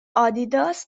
آدیداس